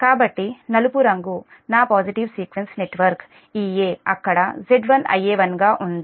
కాబట్టి నలుపు రంగు నా పాజిటివ్ సీక్వెన్స్ నెట్వర్క్ Ea అక్కడ Z1 Ia1 గా ఉంది